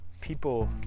people